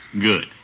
Good